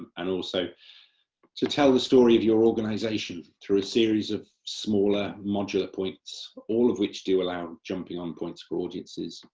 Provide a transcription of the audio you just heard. and also to tell the story of your organisation through a series of smaller modular points, all of which do allow jumping-on points for audiences,